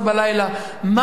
22:00 או 23:00,